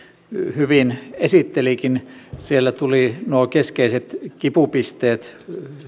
hyvin esittelikin siellä tuli nuo keskeiset kipupisteet